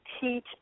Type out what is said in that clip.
teach